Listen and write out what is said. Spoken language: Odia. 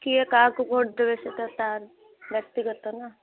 କିଏ କାହାକୁ ଭୋଟ ଦେବେ ସେଇଟା ତା'ର ବ୍ୟକ୍ତିଗତ ନା